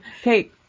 Okay